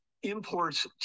imports